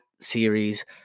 series